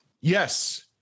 Yes